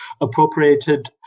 appropriated